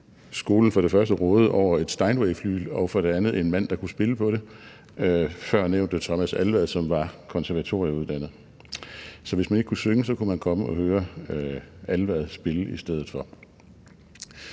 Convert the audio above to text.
skolen for det første rådede over et Steinway-flygel, og for det andet en mand, der kunne spille på det, nemlig førnævnte Thomas Alvad, som var konservatorieuddannet. Så hvis man ikke kunne synge, kunne man komme og høre Alvad spille i stedet for.